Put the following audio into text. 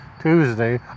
Tuesday